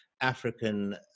African